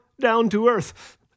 down-to-earth